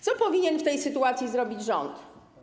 Co powinien w tej sytuacji zrobić rząd?